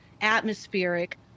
atmospheric